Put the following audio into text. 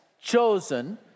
chosen